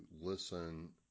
listen